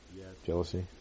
jealousy